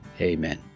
Amen